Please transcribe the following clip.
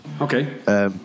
Okay